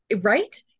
right